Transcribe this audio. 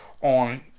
on